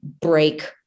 break